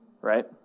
Right